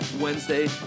Wednesday